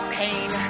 pain